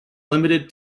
limited